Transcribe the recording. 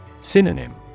Synonym